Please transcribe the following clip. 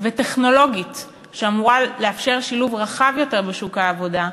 וטכנולוגית שאמורה לאפשר שילוב רחב יותר בשוק העבודה,